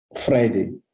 friday